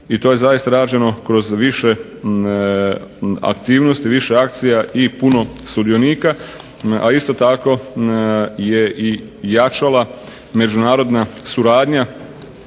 i to je zaista rađeno kroz više aktivnosti, više akcija i puno sudionika, a isto tako je i jačala međunarodna suradnja